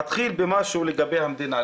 אתחיל במשהו לגבי המדינה,